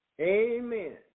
Amen